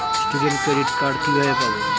Student credit card কিভাবে পাব?